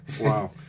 Wow